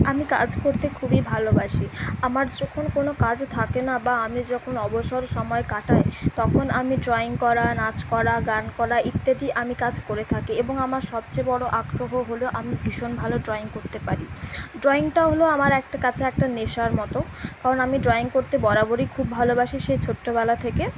আমি কাজ করতে খুবই ভালোবাসি আমার যখন কোনো কাজ থাকে না বা আমি যখন অবসর সময় কাটাই তখন আমি ড্রয়িং করা নাচ করা গান করা ইত্যাদি আমি কাজ করে থাকি এবং আমার সবচেয়ে বড় আগ্রহ হল আমি ভীষণ ভালো ড্রয়িং করতে পারি ড্রয়িংটা হল আমার একটা কাছে একটা নেশার মতো কারণ আমি ড্রয়িং করতে বরাবরই খুব ভালোবাসি সেই ছোট্টবেলা থেকে